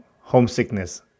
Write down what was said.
homesickness